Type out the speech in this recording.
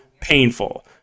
painful